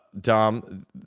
Dom